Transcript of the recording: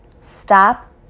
Stop